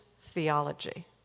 theology